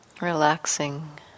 Relaxing